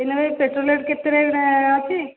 ଏଇନା ଭାଇ petrol rate କେତେ ରେଟ୍ ଅଛି